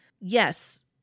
Yes